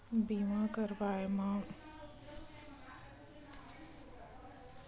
बीमा करवाब म कोनो भी परकार के परसानी अउ अलहन के आवब म जेन दिक्कत अउ परसानी होथे पइसा के ओहा नइ होय बर धरय जादा